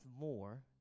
more